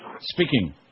Speaking